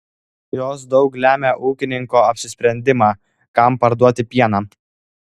jos daug lemia ūkininko apsisprendimą kam parduoti pieną